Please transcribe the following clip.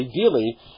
ideally